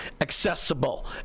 accessible